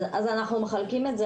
אז אנחנו מחלקים את זה,